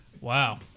wow